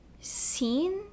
seen